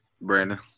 Brandon